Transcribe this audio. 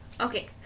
okay